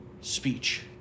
speech